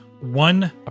one